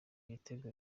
ibitego